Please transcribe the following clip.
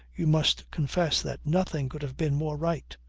you must confess that nothing could have been more right.